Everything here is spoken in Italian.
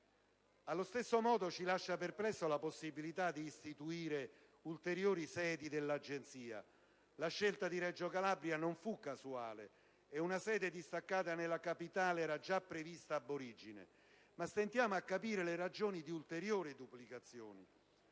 Allo stesso modo, ci lascia perplessi la possibilità di istituire ulteriori sedi dell'Agenzia. La scelta di Reggio Calabria non fu casuale, e una sede distaccata nella capitale era già prevista *ab origine*. Ma stentiamo a capire le ragioni di ulteriori duplicazioni.